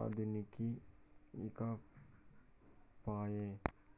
అదనుకి ఈకపాయే